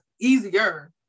easier